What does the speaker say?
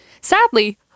Sadly